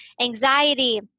anxiety